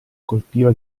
colpiva